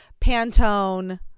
Pantone